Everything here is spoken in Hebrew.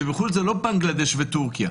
וחו"ל זה לא בנגלדש וטורקיה,